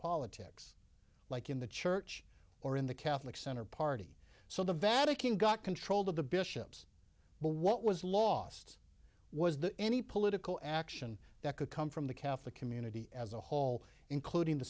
politics like in the church or in the catholic center party so the vatican got control of the bishops but what was lost was that any political action that could come from the catholic community as a whole including the